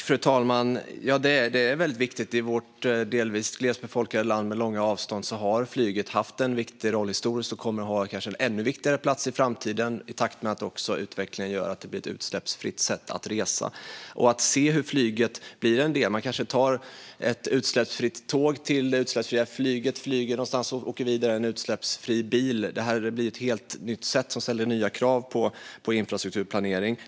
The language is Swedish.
Fru talman! I vårt delvis glesbefolkade land med långa avstånd har flyget haft en viktig roll historiskt och kommer att ha kanske en ännu viktigare roll i framtiden i takt med att utvecklingen gör att det blir ett utsläppsfritt sätt att resa. I framtiden tar man kanske ett utsläppsfritt tåg till det utsläppsfria flyget och åker efter landning vidare i en utsläppsfri bil. Det blir ett helt nytt sätt att resa som ställer nya krav på infrastrukturplanering.